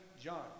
John